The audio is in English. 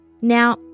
Now